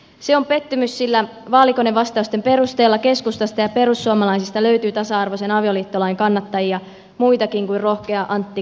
se on pettymys sillä vaalikonevastausten perusteella keskustasta ja perussuomalaisista löytyy tasa arvoisen avioliittolain kannattajia muitakin kuin rohkea antti kaikkonen